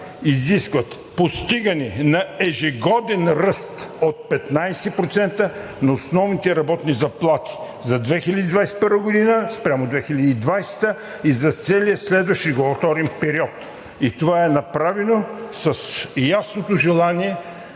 изискват постигане на ежегоден ръст от 15% на основните работни заплати за 2021 г. спрямо 2020-а и за целия следващ регулаторен период. Това е направено с ясното желание